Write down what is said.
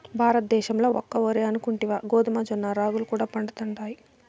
భారతద్దేశంల ఒక్క ఒరే అనుకుంటివా గోధుమ, జొన్న, రాగులు కూడా పండతండాయి